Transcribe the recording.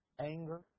anger